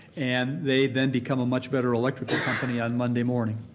and they then become a much better electrical company on monday morning.